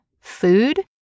food